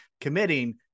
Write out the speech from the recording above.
committing